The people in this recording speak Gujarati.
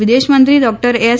વિદેશમંત્રી ડોક્ટર એસ